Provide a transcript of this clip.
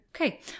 Okay